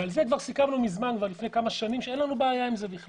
ועל זה סיכמנו לפני כמה שנים שאין לנו בעיה עם זה.